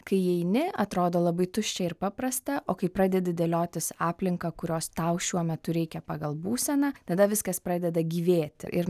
kai įeini atrodo labai tuščia ir paprasta o kai pradedi dėliotis aplinką kurios tau šiuo metu reikia pagal būseną tada viskas pradeda gyvėti ir